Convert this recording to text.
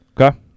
Okay